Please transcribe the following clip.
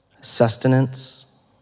sustenance